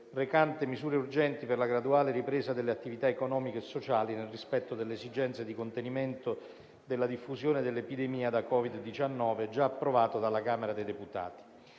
recante misure urgenti per la graduale ripresa delle attività economiche e sociali nel rispetto delle esigenze di contenimento della diffusione dell'epidemia da COVID-19*** *(Approvato dalla Camera dei deputati)